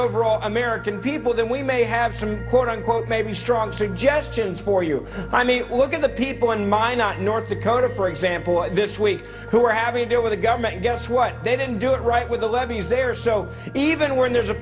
overall american people then we may have some quote unquote maybe strong suggestions for you i mean look at the people in my not north dakota for example this week who are having to deal with the government guess what they didn't do it right with the levees there so even when there's a